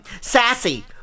sassy